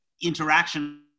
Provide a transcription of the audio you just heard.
interaction